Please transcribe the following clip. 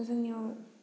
जोंनियाव